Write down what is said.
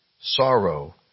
Sorrow